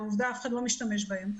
עובדה, אף אחד לא משתמש בהם.